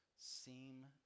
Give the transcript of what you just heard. seem